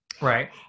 Right